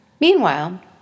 Meanwhile